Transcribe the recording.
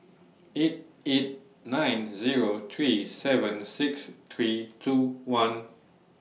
eight eight nine Zero three seven six three two one